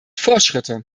fortschritte